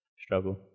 struggle